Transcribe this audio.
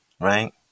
Right